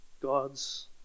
God's